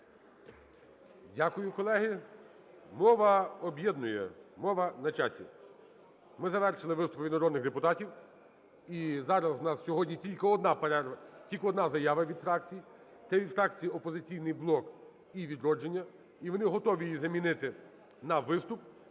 Дякую, колеги. Мова об'єднує, мова на часі! Ми завершили виступи народних депутатів. І зараз в нас сьогодні тільки одна заява від фракцій – це від фракції "Опозиційний блок" і "Відродження" – і вони готові її замінити на виступ.